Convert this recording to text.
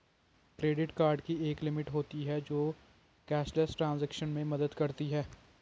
credit card की एक limit होती है जो कैशलेस ट्रांज़ैक्शन में मदद करती है